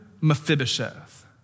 Mephibosheth